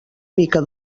mica